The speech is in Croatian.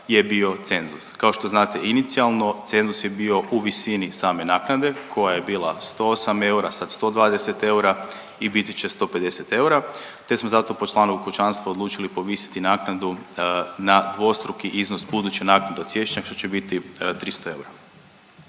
je bio cenzus. Kao što znate inicijalno, cenzus je bio u visini same naknade koja je bila 108 eura, sad 120 eura i biti će 150 eura te smo zato po članu kućanstva odlučili povisiti naknadu na dvostruki iznos buduće naknade, od siječnja će biti 300 eura.